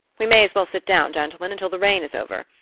we may as well sit down, gentlemen, until the rain is over.